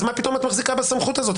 אז מה פתאום את מחזיקה בסמכות הזאת,